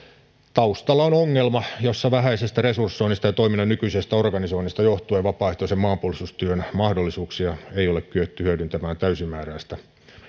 taustalla on ongelma jossa vähäisestä resursoinnista ja toiminnan nykyisestä organisoinnista johtuen vapaaehtoisen maanpuolustustyön mahdollisuuksia ei ole kyetty hyödyntämään täysimääräisesti